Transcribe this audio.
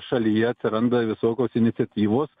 šalyje atsiranda visokios iniciatyvos